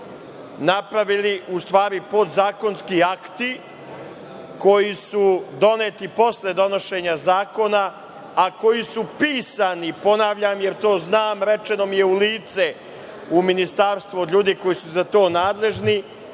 napravili u stvari podzakonski akti koji su doneti posle donošenja zakona, a koji su pisani, ponavljam, jer to znam, rečeno mi je u lice u ministarstvu od ljudi koji su za to nadležni,